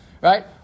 right